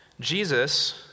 Jesus